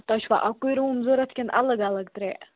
تۄہہِ چھُوا اَکُے روٗم ضروٗرت کِنہٕ الگ الگ ترٛےٚ